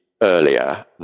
earlier